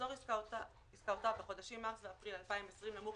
מחזור עסקאותיו בחודשים מרס ואפריל בשנת 2020 נמוך